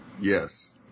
Yes